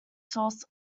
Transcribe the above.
source